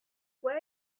what